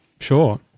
Sure